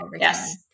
yes